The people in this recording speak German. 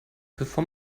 bevor